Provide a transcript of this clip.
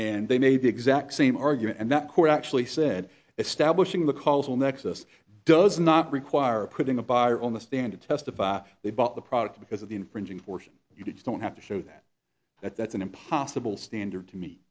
and they made the exact same argument and that court actually said establishing the causal nexus does not require putting a buyer on the stand to testify they bought the product because of the infringing portion you just don't have to show that that that's an impossible standard to me